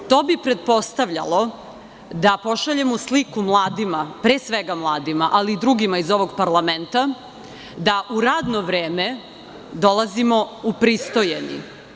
To bi pretpostavljalo da pošaljemo sliku mladima, pre svega mladima, ali i drugima iz ovog parlamenta da u radno vreme dolazimo upristojeni.